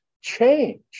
change